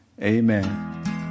Amen